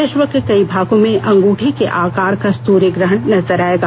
विश्व के कई भागों में अंगूठी के आकार का सूर्य ग्रहण नजर आयेगा